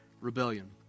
rebellion